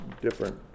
different